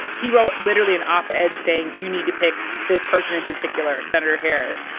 he wrote literally an op-ed and saying, you need to pick this person in particular, senator harris.